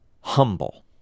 humble